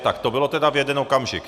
Tak to bylo tedy v jeden okamžik.